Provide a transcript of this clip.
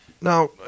Now